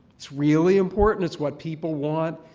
it's really important. it's what people want.